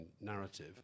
narrative